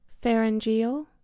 pharyngeal